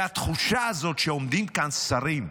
התחושה הזאת, שעומדים כאן שרים ואומרים: